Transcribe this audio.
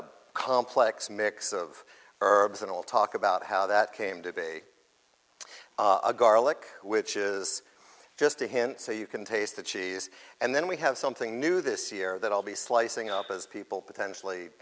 a complex mix of herbs and all talk about how that came to be a garlic which is just a hint so you can taste the cheese and then we have something new this year that i'll be slicing up as people potentially